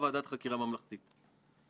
אתה שיתפת איתה פעולה גם.